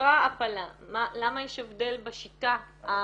אושרה הפלה, למה יש הבדל בשיטה הכירורגית?